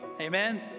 Amen